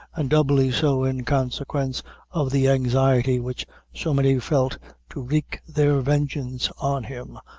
and doubly so in consequence of the anxiety which so many felt to wreak their vengeance on him,